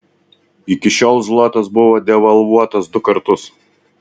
iki šiol zlotas buvo devalvuotas du kartus